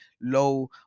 low